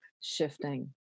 shifting